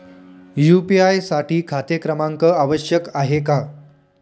UPI साठी खाते क्रमांक आवश्यक आहे का?